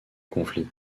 conflit